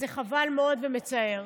זה חבל מאוד ומצער.